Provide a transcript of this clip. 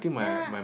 ya